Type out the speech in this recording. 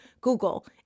Google